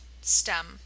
STEM